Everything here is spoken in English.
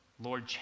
Lord